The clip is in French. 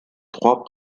trois